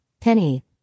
Penny